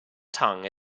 tongue